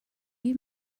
you